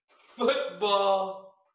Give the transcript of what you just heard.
Football